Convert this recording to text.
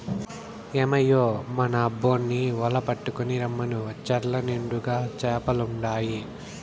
ఏమయ్యో మన అబ్బోన్ని వల పట్టుకు రమ్మను చెర్ల నిండుగా చేపలుండాయి